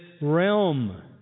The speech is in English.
realm